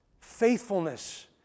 faithfulness